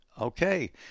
Okay